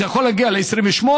זה יכול להגיע ל-28,000,